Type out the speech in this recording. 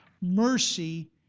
mercy